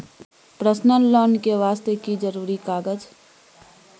Personal loan ले वास्ते की जरुरी कागज?